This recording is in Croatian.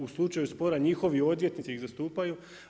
U slučaju spora njihovi odvjetnici iz zastupaju.